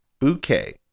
Bouquet